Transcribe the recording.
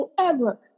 forever